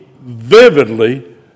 vividly